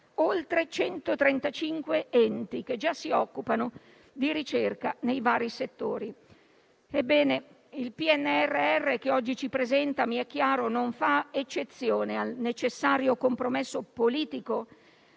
oltre 135 enti che già si occupano di ricerca nei vari settori. Ebbene, il PNRR che oggi ci presenta - mi è chiaro - non fa eccezione al necessario compromesso politico